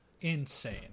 insane